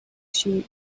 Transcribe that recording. she